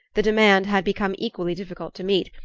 the demand had become equally difficult to meet,